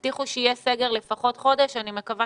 הבטיחו שיהיה סגר לפחות חודש ואני מקווה